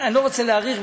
אני לא רוצה להאריך,